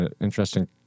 interesting